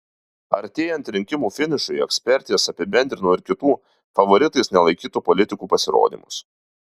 artėjant rinkimų finišui ekspertės apibendrino ir kitų favoritais nelaikytų politikų pasirodymus